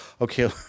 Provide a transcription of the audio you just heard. okay